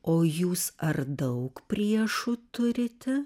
o jūs ar daug priešų turite